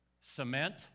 cement